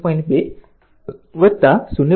2 0